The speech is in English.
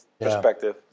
perspective